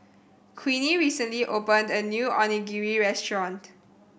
Queenie recently opened a new Onigiri Restaurant